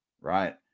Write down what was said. right